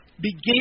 began